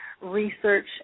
research